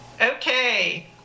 Okay